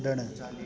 कुॾणु